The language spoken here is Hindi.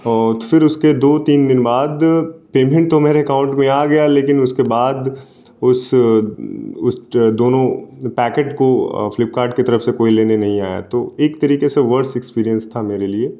और फिर उस के दो तीन दिन बाद पेमेंट तो मेरे अकाउंट में आ गया लेकिन उस के बाद उस उस दोनों पैकेट को फ्लिपकार्ट की तरह से कोई लेने नहीं आया तो एक तरीके से वडस एक्स्पीरियंस था मेरे लिए